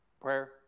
Prayer